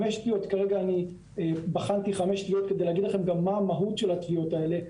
אני בחרתי חמש תביעות כדי להגיד לכם גם מה המהות של התביעות האלה,